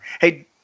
Hey